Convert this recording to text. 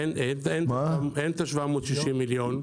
אין את ה-760 מיליון.